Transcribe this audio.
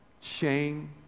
shame